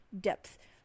depth